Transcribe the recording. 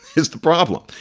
here's the problem.